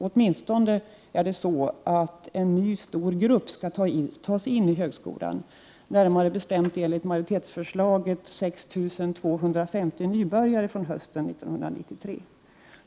Åtminstone är det så att en ny stor grupp skall tas in i högskolan, närmare bestämt enligt majoritetsförslaget 6 250 nybörjare hösten 1993.